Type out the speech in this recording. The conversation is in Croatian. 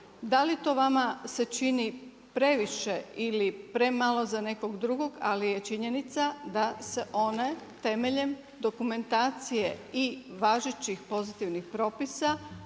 Da li to vama se čini previše ili premalo za nekog drugog, ali je činjenica da se one temeljem dokumentacije i važećih pozitivnih propisa